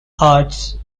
arts